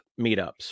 meetups